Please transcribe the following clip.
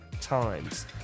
times